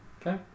Okay